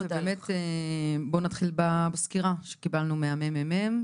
בואו נתחיל בסקירה שקיבלנו מהממ"מ.